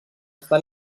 està